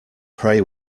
pray